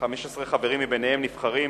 15 חברים מביניהם נבחרים